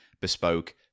bespoke